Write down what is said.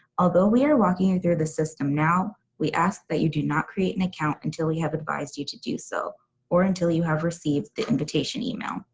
although we are walking you through the system now, we ask that you do not create an account until we have advised you to do so or until you have received the invitation email.